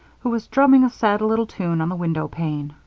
who was drumming a sad little tune on the window pane.